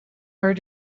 her